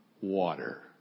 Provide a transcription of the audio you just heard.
water